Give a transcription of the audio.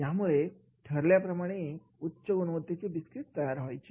यामुळे ठरवल्याप्रमाणे उच्च गुणवत्तेचे बिस्किट तयार व्हायचे